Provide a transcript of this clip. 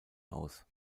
aus